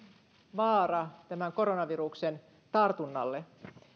tämän koronaviruksen tartunnan vaara